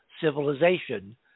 civilization